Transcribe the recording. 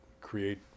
create